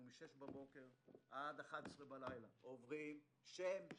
אנחנו מ-6 בבוקר ועד 11 בלילה עוברים שֵם-שֵם.